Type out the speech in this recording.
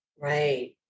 Right